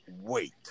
wait